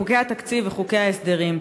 חוקי התקציב וחוקי ההסדרים.